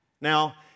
Now